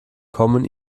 kommen